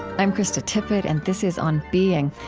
i'm krista tippett, and this is on being.